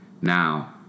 Now